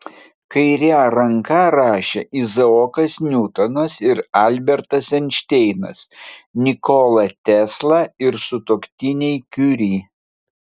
kaire ranka rašė izaokas niutonas ir albertas einšteinas nikola tesla ir sutuoktiniai kiuri